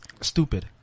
Stupid